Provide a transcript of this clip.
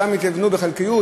חלקם התייוונו בחלקיות,